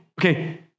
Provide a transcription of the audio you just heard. Okay